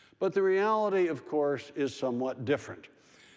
but the reality, of course, is somewhat different.